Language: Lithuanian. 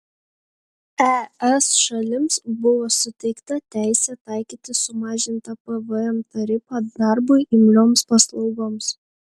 es šalims buvo suteikta teisė taikyti sumažintą pvm tarifą darbui imlioms paslaugoms